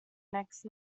next